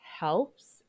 helps